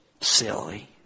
silly